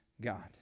God